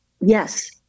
Yes